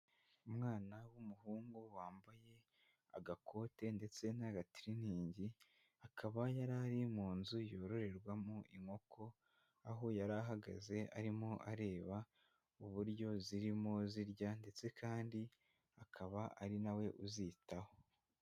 Umwana w'umuhungu wambaye agakote ndetse n'gatiriningi, akaba yari ari mu nzu yororerwamo inkoko aho yari ahagaze arimo areba uburyo zirimo zirya ndetse kandi akaba ari na we uzitaho.